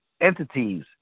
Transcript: entities